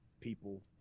people